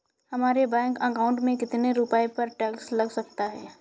हमारे bank account में कितने रुपये पर टैक्स लग सकता है?